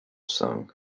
song